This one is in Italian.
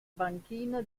banchina